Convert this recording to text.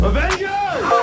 Avengers